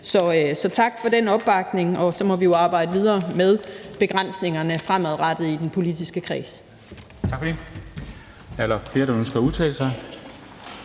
Så tak for den opbakning, og så må vi jo arbejde videre med begrænsningerne fremadrettet i den politiske kreds.